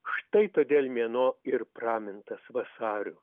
štai todėl mėnuo ir pramintas vasariu